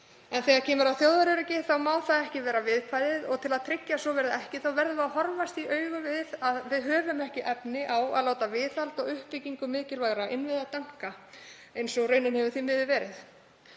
En þegar kemur að þjóðaröryggi má það ekki vera viðkvæðið. Og til að tryggja að svo verði ekki verðum við að horfast í augu við að við höfum ekki efni á að láta viðhald og uppbyggingu mikilvægra innviða danka, eins og raunin hefur því miður verið.